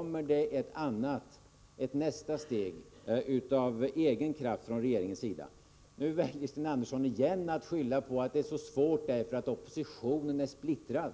Kommer regeringen att ta ett nästa steg, av egen kraft? Nu väljer Sten Andersson igen att skylla på att det är svårt att genomföra förbättringar, eftersom oppositionen är splittrad.